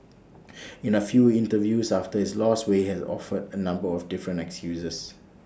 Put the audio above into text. in A few interviews after his loss Wei has offered A number of different excuses